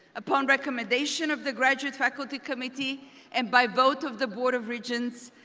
upon recommendation of the graduate faculty committee and by vote of the board of regents,